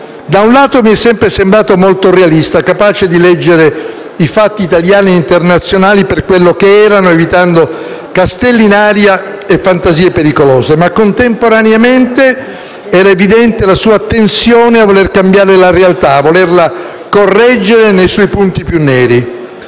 da un lato mi è sempre sembrato molto realista, capace di leggere i fatti italiani e internazionali per quello che erano, evitando castelli in aria e fantasie pericolose, ma contemporaneamente era evidente la sua tensione a voler cambiare la realtà, a volerla correggere nei suoi punti più neri.